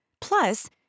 Plus